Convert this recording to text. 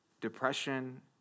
depression